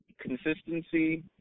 consistency